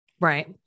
Right